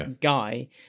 guy